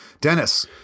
Dennis